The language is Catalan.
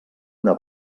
una